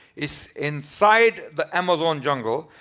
it's inside the amazon jungle.